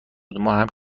بود، ماهم